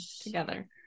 together